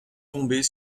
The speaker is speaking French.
tomber